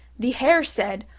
the hare said,